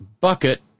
bucket